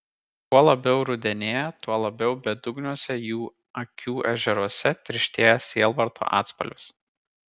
kuo labiau rudenėja tuo labiau bedugniuose jų akių ežeruose tirštėja sielvarto atspalvis